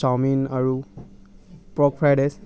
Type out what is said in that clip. chowmein আৰু pork fried rice